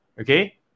Okay